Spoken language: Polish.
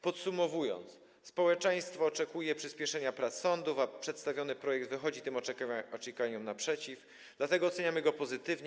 Podsumowując, społeczeństwo oczekuje przyśpieszenia pracy sądów, a przedstawiony projekt wychodzi tym oczekiwaniom naprzeciw, dlatego oceniamy go pozytywnie.